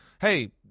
hey